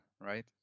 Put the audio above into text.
right